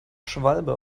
schwalbe